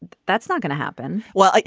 that's not going to happen. well, like